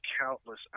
countless